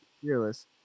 Fearless